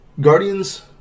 Guardians